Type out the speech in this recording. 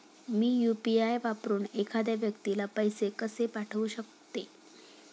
मी UPI वापरून एखाद्या व्यक्तीला पैसे कसे पाठवू शकते?